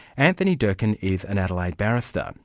anthony durkin is an adelaide barrister.